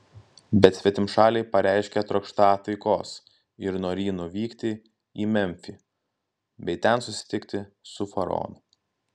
bet svetimšaliai pareiškė trokštą taikos ir norį nuvykti į memfį bei ten susitikti su faraonu